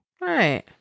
Right